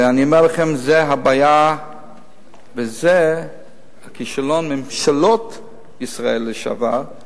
ואני אומר לכם שזו הבעיה וזה כישלון ממשלות ישראל לשעבר,